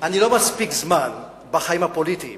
אני לא נמצא מספיק זמן בחיים הפוליטיים